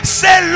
say